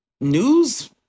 news